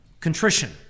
contrition